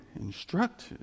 instructed